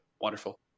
Wonderful